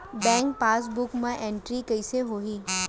Bank passbook मा entry कइसे होही?